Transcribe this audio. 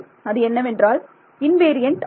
அது என்னவென்றால் இன்வேரியண்ட் ஆகும்